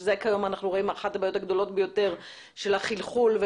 שזה כיום אחת הבעיות הגדולות ביותר של החלחול.